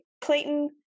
Clayton